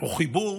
הוא חיבור